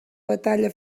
batalla